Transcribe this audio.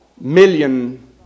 million